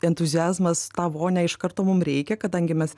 entuziazmas tą vonią iš karto mum reikia kadangi mes